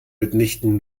mitnichten